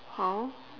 how